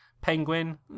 Penguin